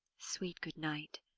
sweet, good night!